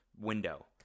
window